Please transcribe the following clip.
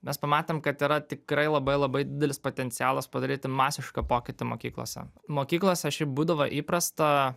mes pamatėm kad yra tikrai labai labai didelis potencialas padaryti masišką pokytį mokyklose mokyklose šiaip būdavo įprasta